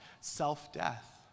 self-death